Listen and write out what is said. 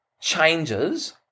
changes